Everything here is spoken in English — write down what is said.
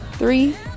Three